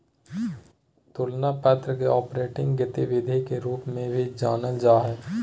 तुलना पत्र के ऑपरेटिंग गतिविधि के रूप में भी जानल जा हइ